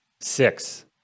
Six